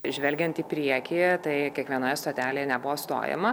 žvelgiant į priekį tai kiekvienoje stotelėje nebuvo stojama